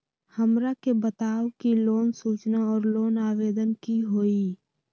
हमरा के बताव कि लोन सूचना और लोन आवेदन की होई?